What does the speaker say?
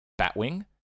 Batwing